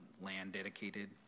land-dedicated